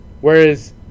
Whereas